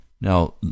Now